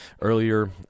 earlier